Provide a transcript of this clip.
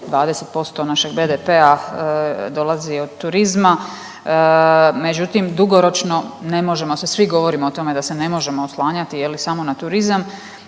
20% našeg BDP-a dolazi od turizma, međutim dugoročno ne možemo se, svi govorimo o tome da se ne možemo oslanjati je li samo na turizam.